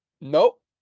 Nope